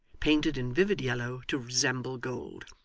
painted in vivid yellow to resemble gold,